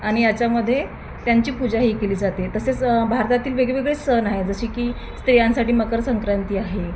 आणि याच्यामध्ये त्यांची पूजाही केली जाते तसेच भारतातील वेगवेगळे सण आहे जसे की स्त्रियांसाठी मकरसंक्रांती आहे